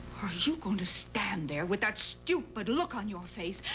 so going to stand there with that stupid look on your face.